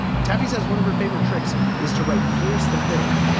tv says one of her favorite tricks is to write. here's the thing.